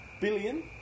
billion